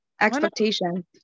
expectation